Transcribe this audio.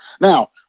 Now